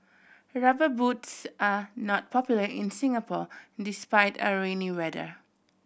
Rubber Boots are not popular in Singapore despite our rainy weather